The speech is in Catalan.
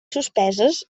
suspeses